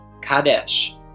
Kadesh